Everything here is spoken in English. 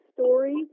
story